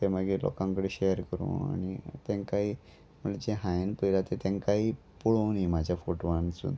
ते मागीर लोकांकडेन शेर करूं आनी तांकाय म्हजे हांवें पळयलां तें तेंकांय पळोवनी म्हाज्या फोटवानसून